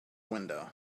window